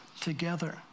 together